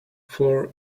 floor